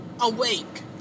awake